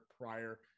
prior